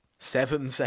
seven